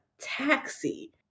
taxi